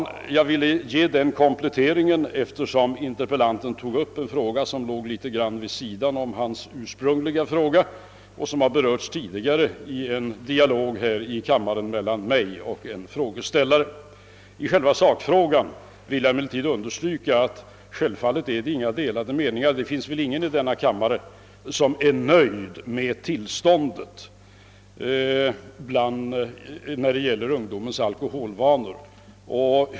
Jag har velat göra denna komplettering eftersom frågeställaren tog upp ett spörsmål, som ligger något vid sidan om hans ursprungliga fråga och som har berörts tidigare i en dialog i denna kammare mellan mig och en annan av kammarens ledamöter. Jag vill dock understryka att det i sakfrågan självfallet inte råder några delade meningar. Det är väl ingen i denna kammare som är nöjd med tillståndet i fråga om ungdomens alkoholvanor.